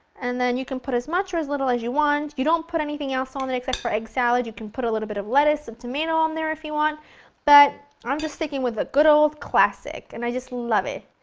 and then you can put as much or as little as you want. you don't put anything else on there except for egg salad, you can put a little but of lettuce or tomato on there if you want but i'm just sticking with the good old classic and i just it.